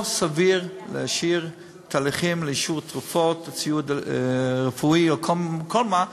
לא סביר להשאיר תהליכים לאישור לתרופות וציוד רפואי או כל מה,